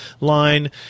line